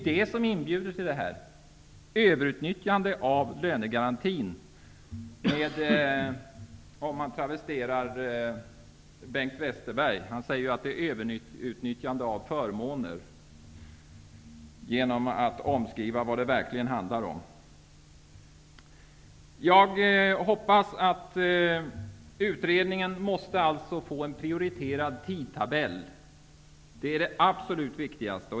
Det inbjuder till överutnyttjande av lönegarantin, för att travestera Bengt Westerberg; han säger att det är ett överutnyttjande av förmåner. Utredningen måste alltså få en prioriterad tidtabell. Det är det absolut viktigaste.